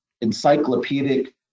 encyclopedic